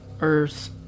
Earth